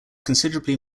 considerably